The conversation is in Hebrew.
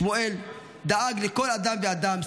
שמואל דאג לכל אדם ואדם,